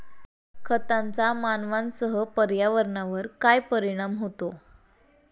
खतांचा मानवांसह पर्यावरणावर काय परिणाम होतो?